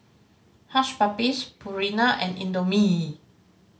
Hush Puppies Purina and Indomie